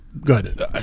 good